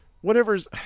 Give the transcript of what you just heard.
whatever's